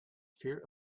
fear